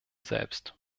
selbst